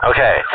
Okay